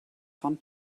von